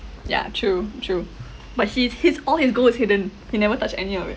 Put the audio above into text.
ya true true but his his all his gold is hidden he never touch any of it